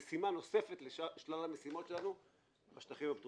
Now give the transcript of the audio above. וכשהמנכ"ל יסיים אתם תוכלו בהחלט לשאול ונקבל את